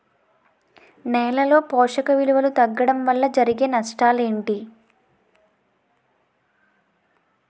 నేలలో పోషక విలువలు తగ్గడం వల్ల జరిగే నష్టాలేంటి?